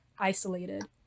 isolated